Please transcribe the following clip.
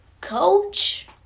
coach